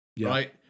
Right